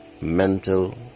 mental